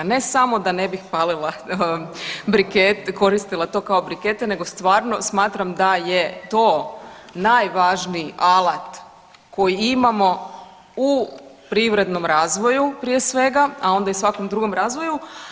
Ne samo da ne bih palila, to koristila to kao brikete, nego stvarno smatra da je to najvažniji alat koji imamo u privrednom razvoju prije svega, a onda i u svakom drugom razvoju.